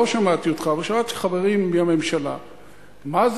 לא שמעתי אותך, אבל שמעתי חברים, מהממשלה.